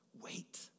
wait